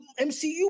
MCU